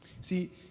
See